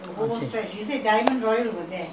all the old shops all gone already